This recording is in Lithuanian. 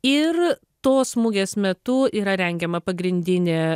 ir tos mugės metu yra rengiama pagrindinė